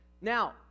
Now